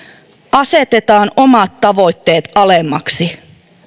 asetetaan omat tavoitteet alemmaksi